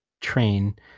train